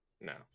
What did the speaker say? No